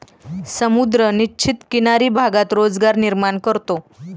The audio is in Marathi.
समुद्र निश्चित किनारी भागात रोजगार निर्माण करतो